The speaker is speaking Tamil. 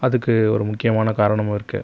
அதுக்கு ஒரு முக்கியமான காரணமும் இருக்குது